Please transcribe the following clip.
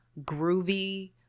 groovy